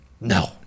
No